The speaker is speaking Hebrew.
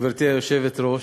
גברתי היושבת-ראש,